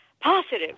positive